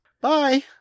Bye